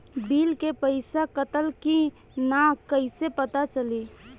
Bill के पइसा कटल कि न कइसे पता चलि?